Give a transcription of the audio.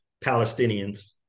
palestinians